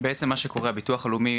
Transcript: בביטוח לאומי